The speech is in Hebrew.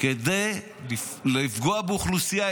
כדי לפגוע באוכלוסייה.